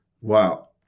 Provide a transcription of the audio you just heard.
wow